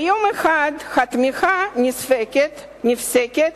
ויום אחד התמיכה נפסקת,